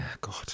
God